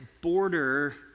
border